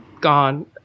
gone